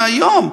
מהיום: